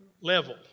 level